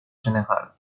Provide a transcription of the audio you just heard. général